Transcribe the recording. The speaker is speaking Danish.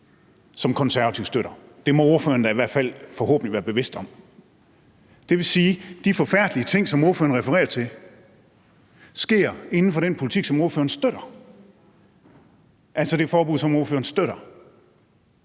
som Konservative støtter. Det er ordføreren da forhåbentlig bevidst om. Det vil sige: De forfærdelige ting, som ordføreren refererer til, sker under den politik, som ordføreren støtter, altså det forbud, som ordføreren støtter.